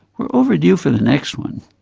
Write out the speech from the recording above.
we're overdue for the next one.